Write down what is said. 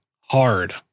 hard